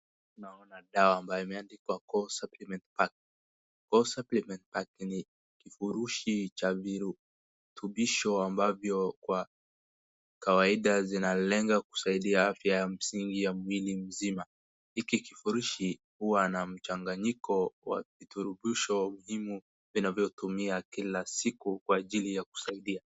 Naona dawa ambayo imeandikwa Core Suplement Pack , Core Suplement Pack ni kifurushi cha virutubisho ambavyo kwa kawaida zinalenga kusaidia afya ya msingi ya mwili mzima. Iki kifurishi huwa na mchanganyiko wa viturubisho muhimu vinavyotumia kila siku kwa ajili ya kusaidia .